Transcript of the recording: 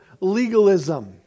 legalism